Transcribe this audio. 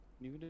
New